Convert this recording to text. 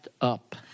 up